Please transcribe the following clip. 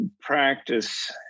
practice